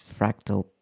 fractal